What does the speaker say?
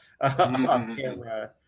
off-camera